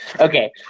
okay